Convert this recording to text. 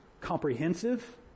comprehensive